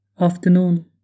afternoon